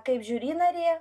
kaip žiuri narė